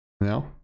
no